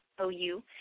OU